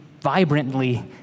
vibrantly